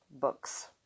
books